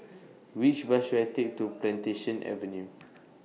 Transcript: Which Bus should I Take to Plantation Avenue